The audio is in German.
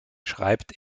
schreibt